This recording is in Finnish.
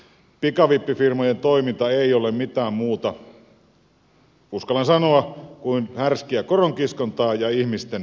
pikavippifirmojen toiminta ei ole mitään muuta uskallan sanoa kuin härskiä koronkiskontaa ja ihmisten hyväksikäyttöä